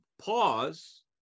pause